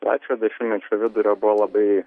trečio dešimtmečio vidurio buvo labai